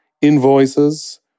invoices